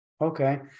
okay